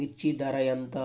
మిర్చి ధర ఎంత?